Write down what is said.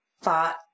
thought